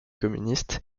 communiste